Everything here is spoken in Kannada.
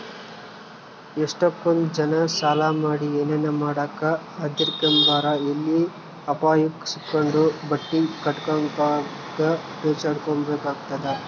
ಎಷ್ಟಕೊಂದ್ ಜನ ಸಾಲ ಮಾಡಿ ಏನನ ಮಾಡಾಕ ಹದಿರ್ಕೆಂಬ್ತಾರ ಎಲ್ಲಿ ಅಪಾಯುಕ್ ಸಿಕ್ಕಂಡು ಬಟ್ಟಿ ಕಟ್ಟಕಾಗುದಂಗ ಪೇಚಾಡ್ಬೇಕಾತ್ತಂತ